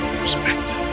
respect